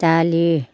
दालि